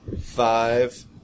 five